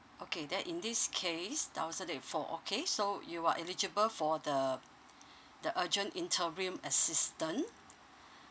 okay then in this case thousand and four okay so you are eligible for the the urgent interim assistance